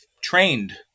trained